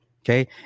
okay